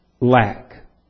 lack